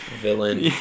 villain